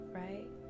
right